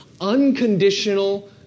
unconditional